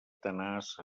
tenaç